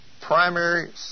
primary